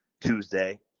Tuesday